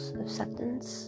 acceptance